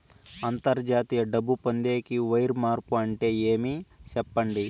అంతర్జాతీయ డబ్బు పొందేకి, వైర్ మార్పు అంటే ఏమి? సెప్పండి?